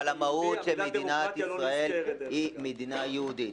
אבל המהות של מדינת ישראל היא מדינה יהודית.